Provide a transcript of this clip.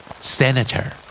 Senator